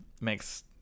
Makes